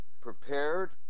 prepared